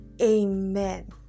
Amen